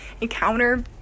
encounter